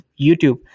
youtube